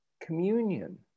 Communion